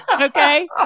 Okay